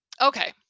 Okay